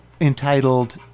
entitled